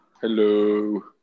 Hello